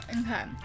okay